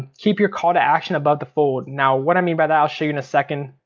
keep your call to action above the fold. now what i mean by that i'll show you in a second.